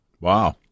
Wow